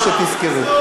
שתזכרו: